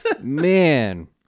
Man